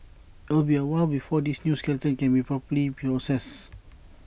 IT will be A while before this new skeleton can be properly processed